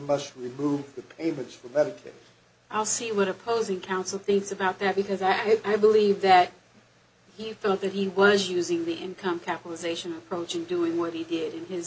must remove the payments for that i'll see what opposing counsel thinks about that because that i believe that he thought that he was using the income capitalization approach in doing what he did in his